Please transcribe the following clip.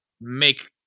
make